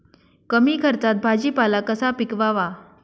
कमी खर्चात भाजीपाला कसा पिकवावा?